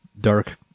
dark